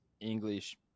English